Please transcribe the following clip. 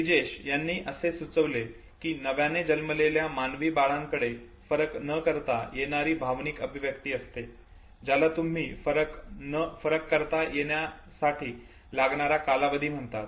ब्रिजेश यांनी असे सुचविले कि नव्याने जन्मलेल्या मानवी बाळांकडे फरक न करता येणारी भावनिक अभिव्यक्ती असते ज्याला तुम्ही फरक करता येण्यासाठी लागणारा कालावधी म्हणतात